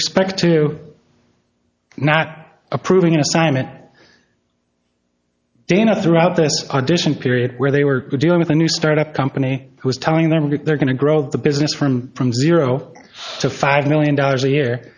respect to not approving an assignment dana throughout this audition period where they were dealing with a new start up company was telling them to they're going to grow the business from from zero to five million dollars a year